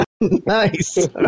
Nice